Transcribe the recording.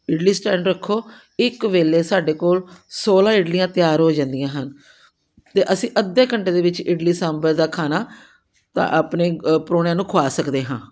idli stand ਰੱਖੋ ਇੱਕ ਵੇਲੇ ਸਾਡੇ ਕੋਲ ਸੌਲਾਂ ਇਡਲੀਆਂ ਤਿਆਰ ਹੋ ਜਾਂਦੀਆਂ ਹਨ ਅਤੇ ਅਸੀਂ ਅੱਧੇ ਘੰਟੇ ਦੇ ਵਿੱਚ ਇਡਲੀ ਸਾਂਬਰ ਦਾ ਖਾਣਾ ਤਾਂ ਆਪਣੇ ਪ੍ਰਾਹੁਣਿਆਂ ਨੂੰ ਖਵਾ ਸਕਦੇ ਹਾਂ